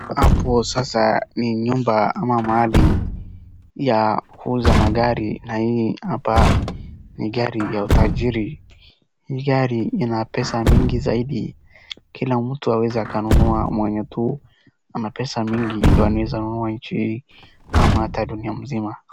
Hapo sasa ni nyumba ama mahali ya kuuza magari na hii hapa ni gari ya utajiri, ni gari ina pesa mingi zaidi, kila mtu hawezi akanunua mwenye tu ako na pesa mingi ndio anaweza nunua ama hata dunia mzima.